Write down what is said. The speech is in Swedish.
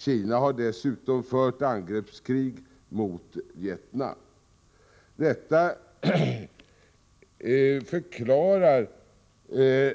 Kina har dessutom fört angreppskrig mot Vietnam. Detta förklarar